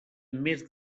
més